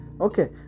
okay